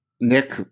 Nick